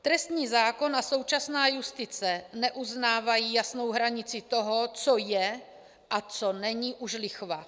Trestní zákon a současná justice neuznávají jasnou hranici toho, co je a co není už lichva.